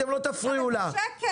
אתם לא תפריעו לה זה שקר.